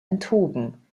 enthoben